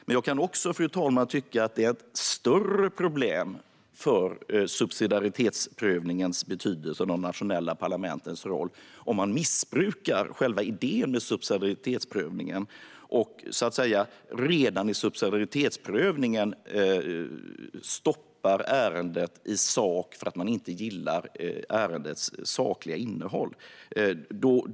Men jag kan också, fru talman, tycka att det är ett större problem för subsidiaritetsprövningens betydelse och de nationella parlamentens roll om man missbrukar själva idén med subsidiaritetsprövningen och redan i subsidiaritetsprövningen stoppar ärendet för att man inte gillar ärendets sakinnehåll.